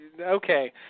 Okay